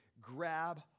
grab